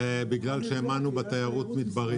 בגלל שהאמנו בתיירות מדברית.